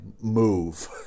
move